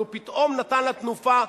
אבל הוא פתאום נתן לה תנופה,